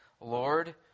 Lord